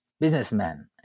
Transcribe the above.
businessman